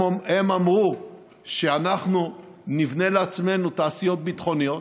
הם אמרו שאנחנו נבנה לעצמנו תעשיות ביטחוניות.